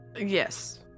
Yes